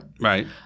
Right